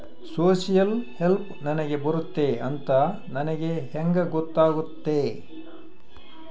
Social help ನನಗೆ ಬರುತ್ತೆ ಅಂತ ನನಗೆ ಹೆಂಗ ಗೊತ್ತಾಗುತ್ತೆ?